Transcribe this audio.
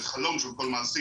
זה חלום של כל מעסיק.